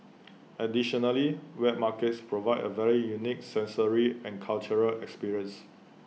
additionally wet markets provide A very unique sensory and cultural experience